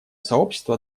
сообщество